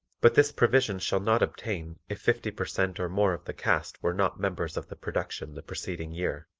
but this provision shall not obtain if fifty per cent or more of the cast were not members of the production the preceding year.